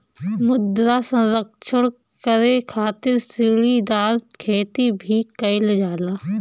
मृदा संरक्षण करे खातिर सीढ़ीदार खेती भी कईल जाला